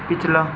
पिछला